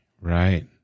Right